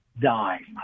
dime